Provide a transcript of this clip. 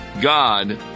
God